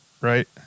right